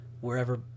wherever